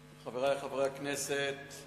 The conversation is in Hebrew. חברי הכנסת,